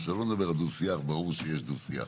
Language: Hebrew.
עכשיו לא נדבר על דו שיח, ברור שיש דו שיח.